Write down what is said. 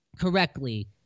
correctly